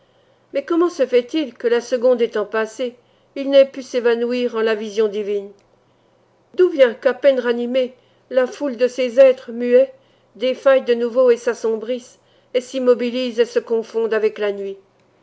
mais comment se fait-il que la seconde étant passée il n'ait pu s'évanouir en la vision divine d'où vient que à peine ranimée la foule de ces êtres muets défaille de nouveau et s'assombrisse et s'immobilise et se confonde avec la nuit